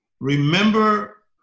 remember